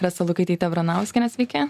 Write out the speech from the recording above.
rasa lukaityte vranauskiene sveiki